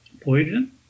Poison